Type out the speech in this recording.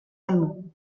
allemands